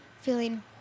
feeling